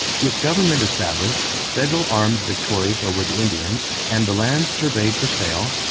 with government established, federal arms victorious over the indians, and the lands surveyed for sale,